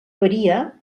varia